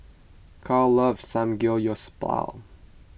Karl loves Samgyeopsal